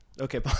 okay